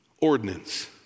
ordinance